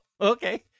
Okay